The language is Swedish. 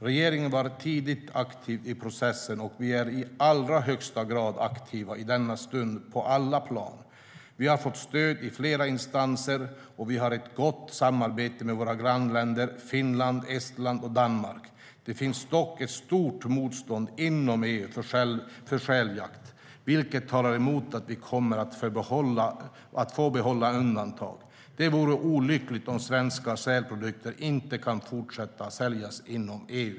Regeringen var tidigt aktiv i processen, och vi är i allra högsta grad aktiva i denna stund på alla plan. Vi har fått stöd i flera instanser, och vi har ett gott samarbete med våra grannländer Finland, Estland och Danmark. Det finns dock ett stort motstånd inom EU mot säljakt, vilket talar emot att vi kommer att få behålla ett undantag. Det vore olyckligt om svenska sälprodukter inte kunde fortsätta säljas inom EU.